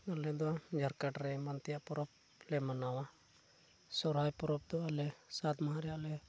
ᱟᱞᱮ ᱫᱚ ᱡᱷᱟᱲᱠᱷᱚᱸᱰ ᱨᱮ ᱮᱢᱟᱱ ᱛᱮᱭᱟᱜ ᱯᱚᱨᱚᱵᱽ ᱞᱮ ᱢᱟᱱᱟᱣᱟ ᱥᱚᱦᱚᱨᱟᱭ ᱯᱚᱨᱚᱵᱽ ᱫᱚ ᱟᱞᱮ ᱥᱟᱛ ᱢᱟᱦᱟ ᱨᱮᱭᱟᱜ ᱞᱮ